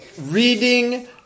reading